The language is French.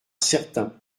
certains